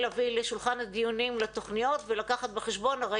לשולחן הדיונים לתוכניות ולקחת בחשבון.